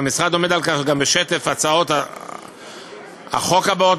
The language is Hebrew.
והמשרד עומד על כך גם בשטף הצעות החוק הבאות